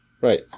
Right